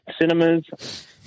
Cinemas